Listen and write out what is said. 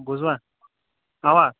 بوٗزوا اوا